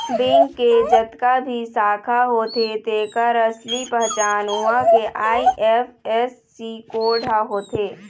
bank के जतका भी शाखा होथे तेखर असली पहचान उहां के आई.एफ.एस.सी कोड ह होथे